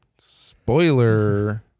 Spoiler